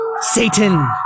Satan